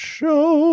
show